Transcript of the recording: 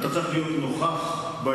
אתה צריך להיות נוכח באירוע.